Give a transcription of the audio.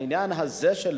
האמת היא, העניין הזה של